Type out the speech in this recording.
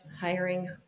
hiring